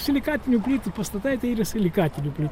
silikatinių plytų pastatai tai yra silikatinių ply